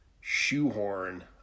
shoehorn